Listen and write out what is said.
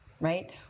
right